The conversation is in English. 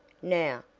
now,